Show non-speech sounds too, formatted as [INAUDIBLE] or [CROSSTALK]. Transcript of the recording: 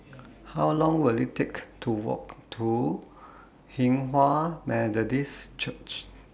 [NOISE] How Long Will IT Take to Walk to Hinghwa Methodist Church [NOISE]